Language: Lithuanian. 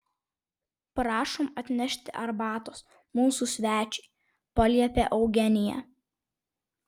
prašom atnešti arbatos mūsų svečiui paliepė eugenija